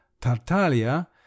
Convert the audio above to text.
Tartaglia